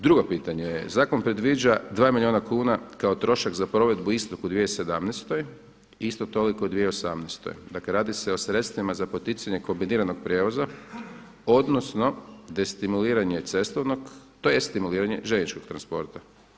Drugo pitanje, zakon predviđa dva milijuna kuna kao trošak za provedbu istog u 2017., isto toliko i u 2018., dakle radi se o sredstvima za poticanje kombiniranog prijevoza odnosno destimuliranje cestovnog, tj. stimuliranje željezničkog transporta.